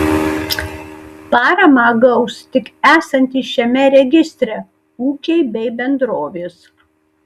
paramą gaus tik esantys šiame registre ūkiai bei bendrovės